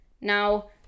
now